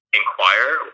inquire